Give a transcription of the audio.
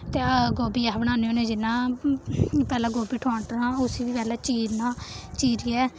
ते गोबी अस बनाने होने जि'यां पैह्लें गोबी थोआंटना उसी बी पैह्लें चीरना चीरियै